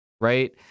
right